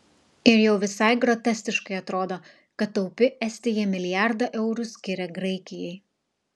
ir jau visai groteskiškai atrodo kad taupi estija milijardą eurų skiria graikijai